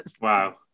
Wow